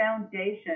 foundation